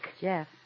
Jeff